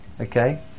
okay